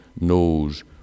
knows